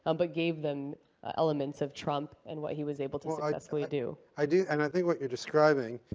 um but gave them elements of trump and what he was able to successfully do. i do and i think what you're describing,